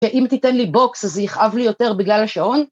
‫שאם תיתן לי בוקס ‫אז זה יכאב לי יותר בגלל השעון?